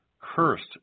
Cursed